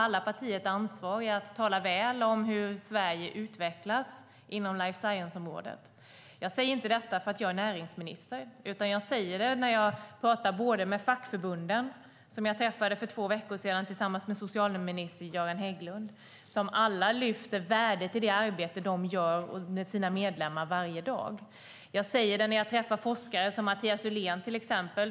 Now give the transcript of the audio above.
Alla partier har ansvar för att tala väl om hur Sverige utvecklas inom life science-området. Jag säger inte detta för att jag är näringsminister. Jag säger det när jag pratar med fackförbunden, som jag träffade för två veckor sedan tillsammans med socialminister Göran Hägglund. De lyfter alla fram värdet i det arbete de gör med sina medlemmar varje dag. Jag säger det när jag träffar forskare som Mathias Uhlén.